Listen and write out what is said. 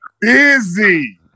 busy